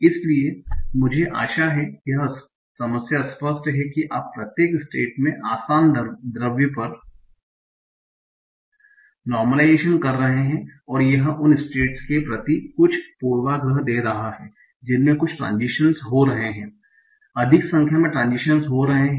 इसलिए मुझे आशा है कि यह समस्या स्पष्ट है कि आप प्रत्येक स्टेट में आसान कदम पर नार्मलाइजेशन कर रहे हैं और यह उन स्टेट्स के प्रति कुछ पूर्वाग्रह दे रहा है जिनमें कुछ ट्रांजिशन्स हो रहे हैं अधिक संख्या में ट्रांजिशन्स हो रहे हैं